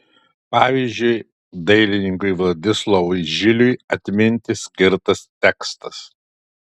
pavyzdžiui dailininkui vladislovui žiliui atminti skirtas tekstas